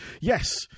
yes